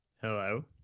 Hello